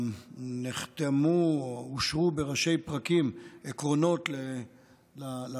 נחתמו או אושרו בראשי פרקים עקרונות לרפורמה